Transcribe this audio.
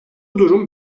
durum